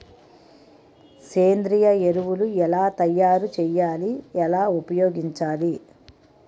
సేంద్రీయ ఎరువులు ఎలా తయారు చేయాలి? ఎలా ఉపయోగించాలీ?